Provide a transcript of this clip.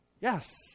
yes